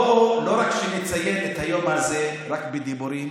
בואו לא נציין את היום הזה רק בדיבורים